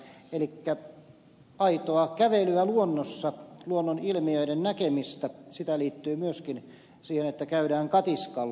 elikkä aitoa kävelyä luonnossa luonnonilmiöiden näkemistä sitä liittyy myöskin siihen että käydään katiskalla